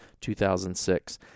2006